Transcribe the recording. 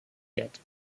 yet